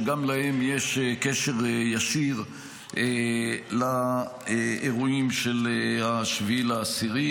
שגם להם יש קשר ישיר לאירועים של 7 באוקטובר.